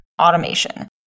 automation